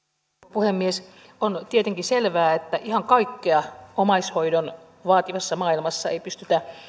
puhemies on tietenkin selvää että ihan kaikkea omaishoidon vaativassa maailmassa ei pystytä